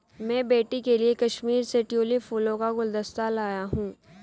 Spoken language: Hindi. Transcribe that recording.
मैं बेटी के लिए कश्मीर से ट्यूलिप फूलों का गुलदस्ता लाया हुं